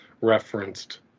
referenced